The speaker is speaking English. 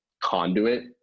conduit